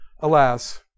Alas